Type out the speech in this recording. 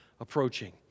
approaching